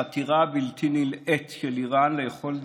החתירה הבלתי-נלאית של איראן ליכולת